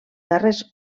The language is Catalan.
darrers